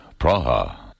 Praha